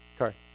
Okay